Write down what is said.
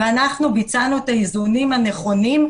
ואנחנו ביצענו את האיזונים הנכונים,